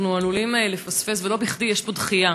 אנחנו עלולים לפספס, ולא בכדי יש פה דחייה.